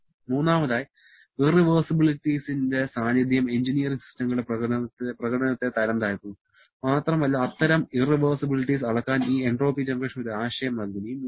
• മൂന്നാമതായി ഇറവെഴ്സിബിലിറ്റീസിന്റെ സാന്നിദ്ധ്യം എഞ്ചിനീയറിംഗ് സിസ്റ്റങ്ങളുടെ പ്രകടനത്തെ തരംതാഴ്ത്തുന്നു മാത്രമല്ല അത്തരം ഇറവെർസിബിലിറ്റീസ് അളക്കാൻ ഈ എൻട്രോപ്പി ജനറേഷൻ ഒരു ആശയം നൽകുന്നു